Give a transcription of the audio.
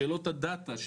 שאלות על דאטה,